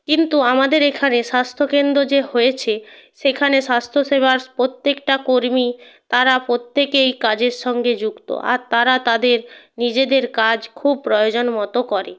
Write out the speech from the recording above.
কিন্তু আমাদের এখানে স্বাস্থ্য কেন্দ্র যে হয়েছে সেখানে স্বাস্থ্য সেবার প্রত্যেকটা কর্মী তারা প্রত্যেকেই কাজের সঙ্গে যুক্ত আর তারা তাদের নিজেদের কাজ খুব প্রয়োজন মতো করে